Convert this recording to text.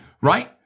right